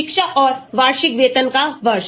शिक्षा और वार्षिक वेतन का वर्ष